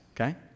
okay